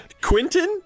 Quinton